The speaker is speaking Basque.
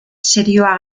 serioa